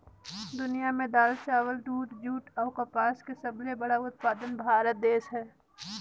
दुनिया में दाल, चावल, दूध, जूट अऊ कपास के सबले बड़ा उत्पादक भारत देश हे